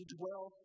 dwell